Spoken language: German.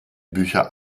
bücher